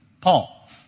Paul